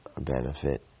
benefit